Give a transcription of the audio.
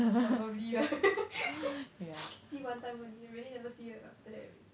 probably lah see what time only really never see you after that already